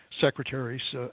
secretaries